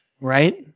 right